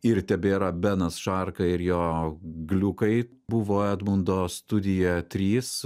ir tebėra benas šarka ir jo gliukai buvo edmundo studija trys